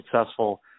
successful